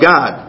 God